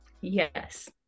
Yes